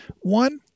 One